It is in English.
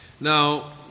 Now